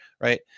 right